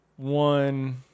One